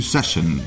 Session